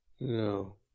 No